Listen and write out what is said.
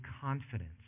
confidence